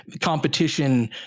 competition